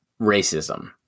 racism